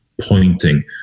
pointing